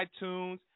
iTunes